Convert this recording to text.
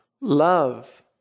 love